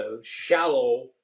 shallow